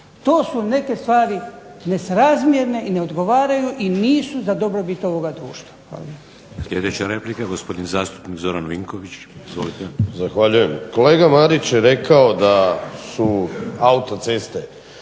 To su neke stvari nesrazmjerne i ne odgovaraju i nisu za dobrobit ovog društva.